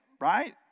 right